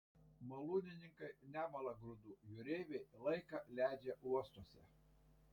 malūnininkai nemala grūdų jūreiviai laiką leidžia uostuose